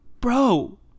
Bro